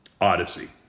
Odyssey